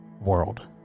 world